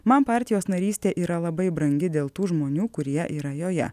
man partijos narystė yra labai brangi dėl tų žmonių kurie yra joje